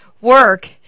Work